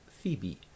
Phoebe